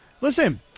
Listen